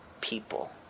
people